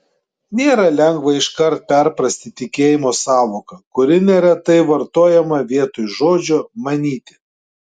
nėra lengva iškart perprasti tikėjimo sąvoką kuri neretai vartojama vietoj žodžio manyti